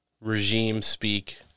regime-speak